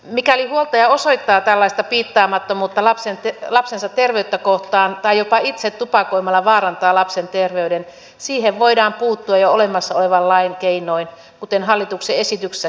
mikäli huoltaja osoittaa tällaista piittaamattomuutta lapsensa terveyttä kohtaan tai jopa itse tupakoimalla vaarantaa lapsen terveyden siihen voidaan puuttua jo olemassa olevan lain keinoin kuten hallituksen esityksessäkin kuvataan